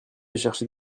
chercher